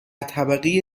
طبقه